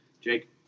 Jake